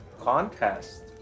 contest